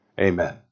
Amen